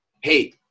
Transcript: Hey